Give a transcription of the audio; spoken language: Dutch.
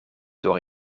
door